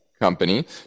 company